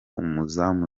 umuzamu